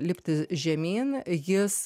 lipti žemyn jis